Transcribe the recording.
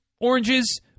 oranges